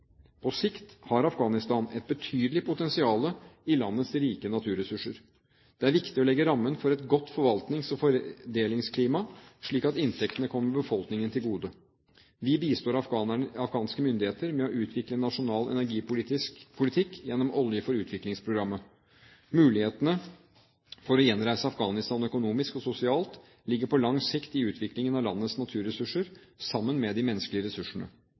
På sikt har Afghanistan et betydelig potensial i landets rike naturressurser. Det er viktig å legge rammene for et godt forvaltnings- og fordelingsklima slik at inntektene kommer befolkningen til gode. Vi bistår afghanske myndigheter med å utvikle en nasjonal energipolitisk politikk gjennom Olje for Utvikling-programmet. Mulighetene for å gjenreise Afghanistan økonomisk og sosialt ligger på lang sikt i utviklingen av landets naturressurser, sammen med de menneskelige ressursene.